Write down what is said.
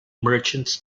merchants